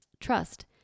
trust